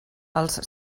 els